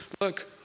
look